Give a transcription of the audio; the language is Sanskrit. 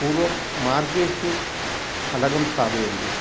पूर्वं मार्गेषु फलं स्थापयन्ति